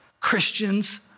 Christians